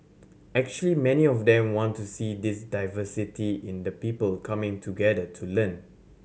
actually many of them want to see this diversity in the people coming together to learn